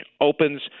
opens